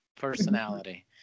personality